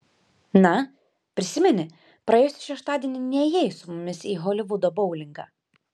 na prisimeni praėjusį šeštadienį nėjai su mumis į holivudo boulingą